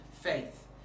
faith